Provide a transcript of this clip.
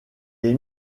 est